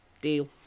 Deal